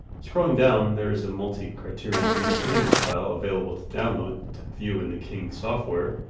scrolling down, there is a multi-criterion three d kinemage file available to download to view in the king software,